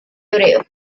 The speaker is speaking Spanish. hebreo